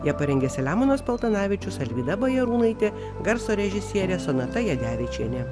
ją parengė selemonas paltanavičius alvyda bajarūnaitė garso režisierė sonata jadevičienė